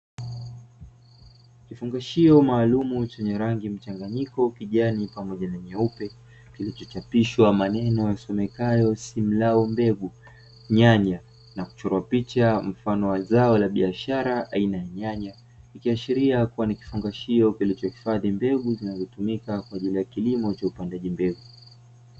Kifungashio maalumu chenye rangi mchanganyiko kijani pamoja na nyeupe kilichochapishwa maneno yasomekayo "simlaw mbegu nyanya", na kuchora picha mfano wa zao la biashara aina nyanya, ikiashiria kuwa ni kifungashio kilichohifadhi mbegu zinazotumika kwa ajili ya kilimo cha upandaji mbegu.